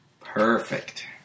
Perfect